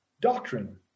doctrine